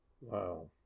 Wow